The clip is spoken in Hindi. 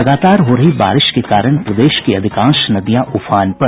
लगातार हो रही बारिश के कारण प्रदेश की अधिकांश नदियां उफान पर